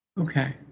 okay